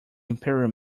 imperial